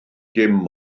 dim